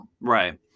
Right